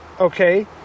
Okay